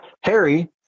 Harry